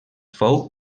fou